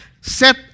set